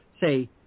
say